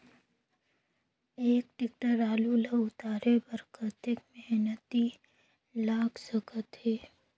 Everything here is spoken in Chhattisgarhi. एक टेक्टर आलू ल उतारे बर कतेक मेहनती लाग सकथे?